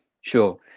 sure